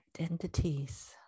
identities